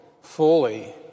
fully